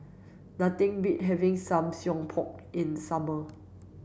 nothing beats having Samgeyopsal in the summer